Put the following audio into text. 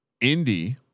Indy